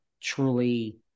truly